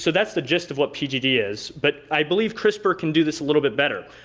so that's the gist of what pgd is, but i believe crispr can do this a little bit better.